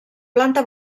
planta